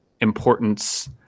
importance